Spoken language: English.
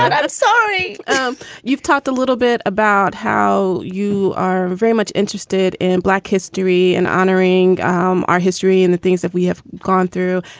sorry um you've talked a little bit about how you are very much interested in black history and honoring um our history and the things that we have gone through.